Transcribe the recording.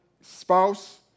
spouse